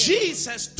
Jesus